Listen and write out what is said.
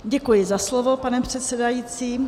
Děkuji za slovo, pane předsedající.